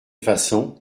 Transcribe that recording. façon